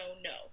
no